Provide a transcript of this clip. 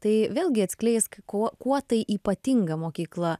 tai vėlgi atskleisk kuo kuo tai ypatinga mokykla